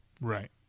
right